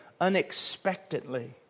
unexpectedly